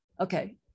okay